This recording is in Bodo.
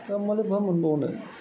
गाबब्लालाय बहा मोनबावनो